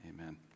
amen